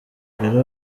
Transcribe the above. rero